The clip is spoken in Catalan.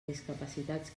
discapacitats